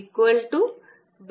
E E